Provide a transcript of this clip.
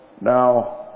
Now